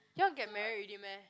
you want get married already meh